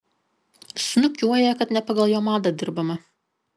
snukiuoja kad ne pagal jo madą dirbama